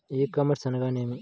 ఈ కామర్స్ అనగానేమి?